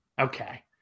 Okay